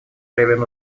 левин